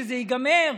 שזה ייגמר.